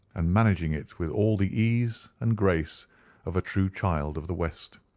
and managing it with all the ease and grace of a true child of the west.